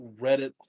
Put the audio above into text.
Reddit